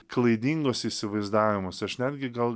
klaidingus įsivaizdavimus aš netgi gal